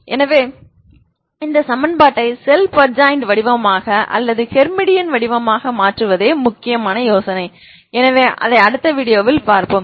எனவே இந்த சமன்பாட்டை ஸெல்ப் அட்ஜாயின்ட் வடிவமாக அல்லது ஹெர்மிடியன் வடிவமாக மாற்றுவதே முக்கிய யோசனை எனவே அடுத்த வீடியோவில் பார்ப்போம்